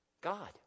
God